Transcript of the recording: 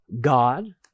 God